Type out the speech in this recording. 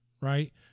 right